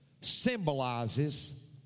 symbolizes